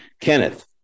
Kenneth